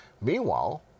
Meanwhile